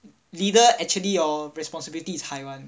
leader actually hor responsibilities is high [one]